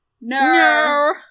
No